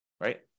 right